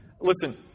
listen